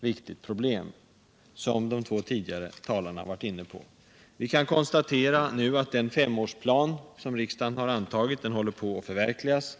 viktigt problem, som de två tidigare talarna har varit inne på. Vi kan konstatera nu att den femårsplan som riksdagen har antagit håller på att förverkligas.